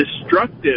destructive